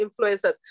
influencers